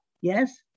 Yes